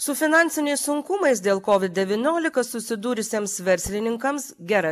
su finansiniais sunkumais dėl covid devyniolika susidūrusiems verslininkams gera